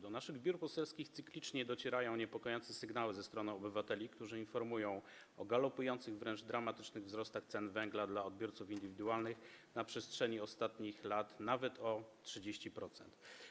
Do naszych biur poselskich cyklicznie docierają niepokojące sygnały ze strony obywateli, którzy informują o galopujących czy wręcz dramatycznych wzrostach cen węgla dla odbiorców indywidualnych - na przestrzeni ostatnich lat nawet o 30%.